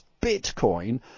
Bitcoin